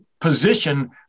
position